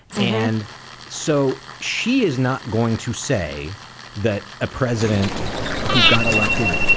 and so she is not going to say that a president who got elected,